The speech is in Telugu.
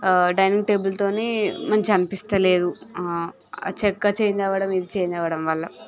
ఆ డైనింగ్ టేబుల్తోని మంచిగా అనిపిస్తలేదు అ ఆ చెక్క చేంజ్ అవ్వడం ఇది చేంజ్ అవ్వడం వల్ల